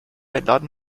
einladen